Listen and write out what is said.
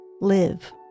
live